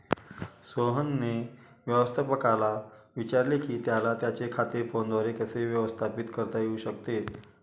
सोहनने व्यवस्थापकाला विचारले की त्याला त्याचे खाते फोनद्वारे कसे व्यवस्थापित करता येऊ शकते